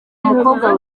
mukobwa